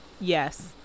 Yes